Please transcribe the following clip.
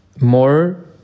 more